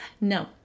No